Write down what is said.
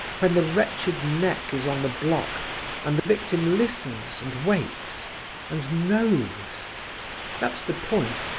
when the wretched neck is on the block and the victim listens and waits and knows that's the point,